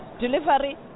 delivery